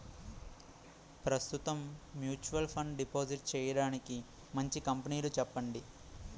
ప్రస్తుతం mutual fund deposit చేయడానికి మంచి కంపెనీలు చెప్పండి